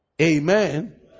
Amen